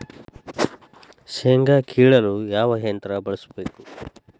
ಶೇಂಗಾ ಕೇಳಲು ಯಾವ ಯಂತ್ರ ಬಳಸಬೇಕು?